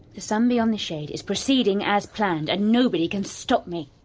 the sun beyond the shade is proceeding as planned, and nobody can stop me.